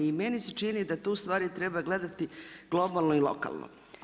I meni se čini da tu stvari treba gledati globalno i lokalno.